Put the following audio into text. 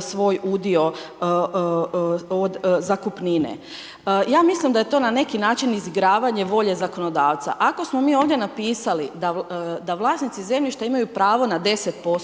svoj udio od zakupnine. Ja mislim da je to na neki način izigravanje volje zakonodavca. Ako smo mi ovdje napisali da vlasnici zemljišta imaju pravo na 10%